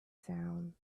sound